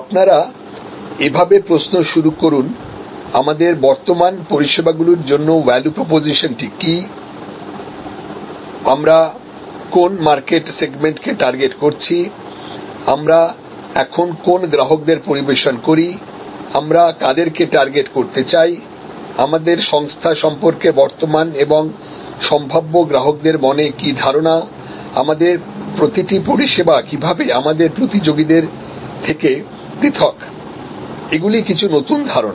আপনারা এভাবেপ্রশ্ন শুরু করুন আমাদের বর্তমান পরিষেবাগুলির জন্য ভ্যালু প্রপোজিশনটি কী আমরা কোন মার্কেট সেগমেন্টকে টার্গেট করছি আমরা এখন কোন গ্রাহকদের পরিবেশন করি আমরা কাদেরকে টার্গেট করতে চাই আমাদের সংস্থা সম্পর্কে বর্তমান এবং সম্ভাব্য গ্রাহকদের মনে কি ধারনা আমাদের প্রতিটি পরিষেবা কীভাবে আমাদের প্রতিযোগীদের থেকে পৃথক এগুলি কিছু নতুন ধারণা